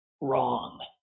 wrong